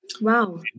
Wow